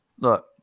Look